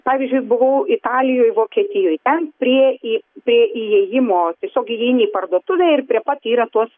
pavyzdžiui buvau italijoj vokietijoj ten prie į prie įėjimo tiesiog įeini į parduotuvę ir prie pat yra tos